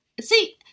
See